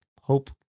hope